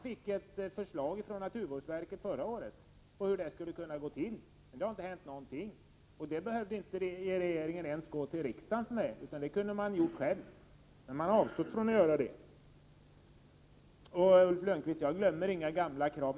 Förra året avlämnade naturvårdsverket ett förslag om hur det skulle kunna gå till. Men ingenting har hänt. Regeringen hade inte ens behövt gå till riksdagen utan kunde ha handlat själv. Men regeringen avstod från att göra någonting. Jag glömmer inga gamla krav, Ulf Lönnqvist.